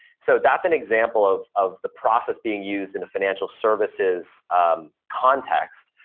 so, that's an example of of the process being used in a financial service's context.